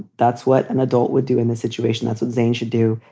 that's what an adult would do in this situation. that's what zane should do.